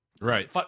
Right